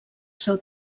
seu